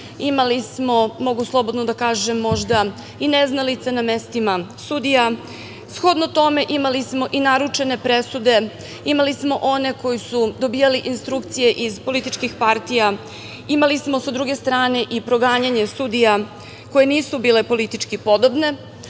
imali smo, mogu slobodno da kažem možda i neznalica na mestima sudija, shodno tome imali smo i naručene presude, imali smo one koji su dobijali instrukcije iz političkih partija, imali smo sa druge strane i proganjanje sudija koje nisu bile politički podobne,